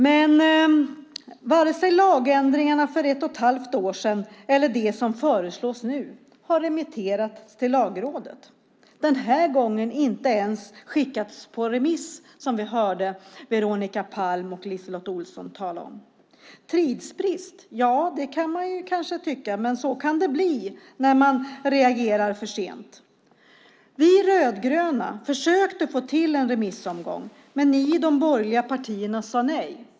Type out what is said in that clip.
Men vare sig lagändringarna för ett och ett halvt år sedan eller det som föreslås nu har remitterats till Lagrådet. Den här gången har det inte ens skickats på remiss som vi hörde Veronica Palm och LiseLotte Olsson tala om. Tidsbrist - ja, så kan man tycka, men så kan det bli när man reagerar för sent. Vi rödgröna försökte få till en remissomgång, men ni från de borgerliga partierna sade nej.